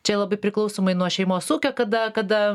čia labai priklausomai nuo šeimos ūkio kada kada